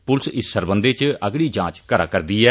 पुलस इस सरबंधै च अगड़ी जांच करा'रदी ऐ